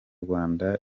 rwanda